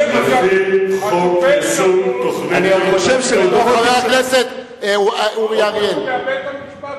לא אתה קובע, בית-המשפט קובע, ובית-המשפט